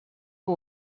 who